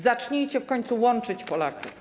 Zacznijcie w końcu łączyć Polaków.